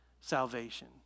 salvation